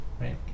right